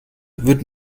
wird